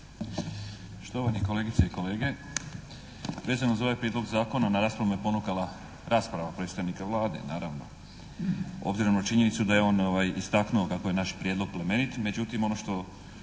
Štovani kolegice i kolege. Vezano za ovaj prijedlog zakona na raspravu me ponukala rasprava predstavnika Vlade naravno. Obzirom na činjenicu da je on istaknuo kako je naš prijedlog plemenit, međutim ono što